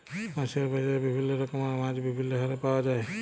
মাছের বাজারে বিভিল্য রকমের মাছ বিভিল্য হারে পাওয়া যায়